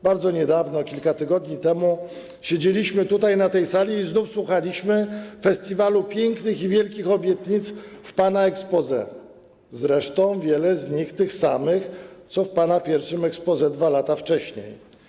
Bardzo niedawno, kilka tygodni temu, siedzieliśmy na tej sali i znów słuchaliśmy festiwalu pięknych i wielkich obietnic w pana exposé, zresztą wiele było tych samych, co w pana pierwszym exposé 2 lata wcześniej.